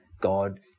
God